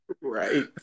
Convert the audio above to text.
Right